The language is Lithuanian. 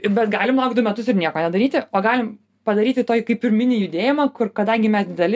bet galim laukt du metus ir nieko nedaryti o galim padaryti tuoj kaip ir mini judėjimą kur kadangi mes dideli